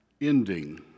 ending